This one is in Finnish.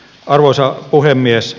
arvoisa puhemies